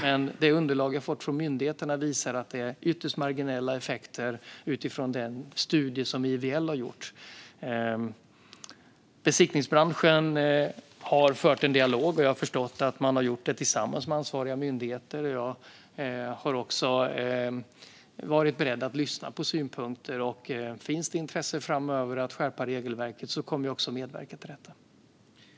Men det underlag jag har fått från myndigheterna visar att det är ytterst marginella effekter utifrån den studie som IVL har gjort. Besiktningsbranschen har fört en dialog, och jag har förstått att man har gjort det tillsammans med ansvariga myndigheter. Jag har varit beredd att lyssna på synpunkter. Finns det intresse framöver för att skärpa regelverket kommer jag att medverka till detta.